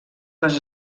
les